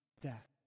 death